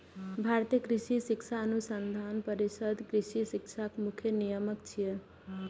भारतीय कृषि शिक्षा अनुसंधान परिषद कृषि शिक्षाक मुख्य नियामक छियै